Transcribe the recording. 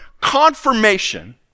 confirmation